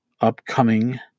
upcoming